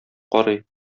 карый